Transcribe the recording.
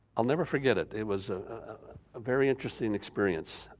i'll never forget it, it was a very interesting experience.